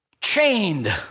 chained